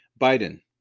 Biden